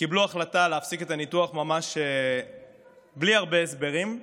קיבל החלטה להפסיק את הניתוח ממש בלי הרבה הסברים.